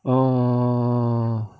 err